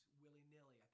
willy-nilly